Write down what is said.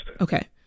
Okay